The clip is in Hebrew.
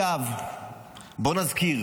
בואו נזכיר